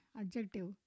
adjective